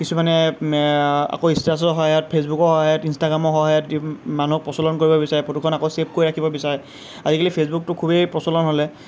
কিছুমানে আকৌ ষ্টেটাছৰ সহায়ত ফেচবুকৰ সহায়ত ইনষ্টাগ্ৰামৰ সহায়ত মানুহক প্ৰচলন কৰিব বিচাৰে ফটোখন আকৌ ছেভ কৰি ৰাখিব বিচাৰে আজিকালি ফেচবুকটো খুবেই প্ৰচলন হ'লে